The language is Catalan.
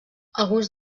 alguns